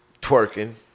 twerking